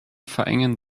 verengen